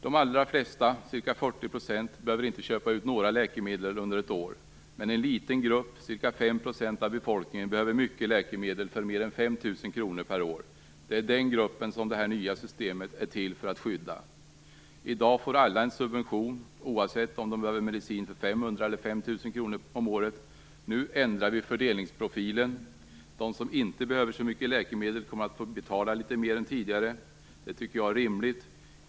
De allra flesta, ca 40 %, behöver inte köpa ut några läkemedel under ett år, men en liten grupp, ca 5 % av befolkningen, behöver mycket läkemedel, för mer än 5 000 kr per år. Det är den gruppen som det nya systemet är till för att skydda. I dag får alla en subvention oavsett om de behöver medicin för 500 eller 5 000 kr om året. Nu ändrar vi fördelningsprofilen. De som inte behöver så mycket läkemedel kommer att få betala litet mer än tidigare. Det tycker jag är rimligt.